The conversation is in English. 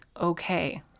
okay